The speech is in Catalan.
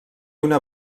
una